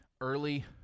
early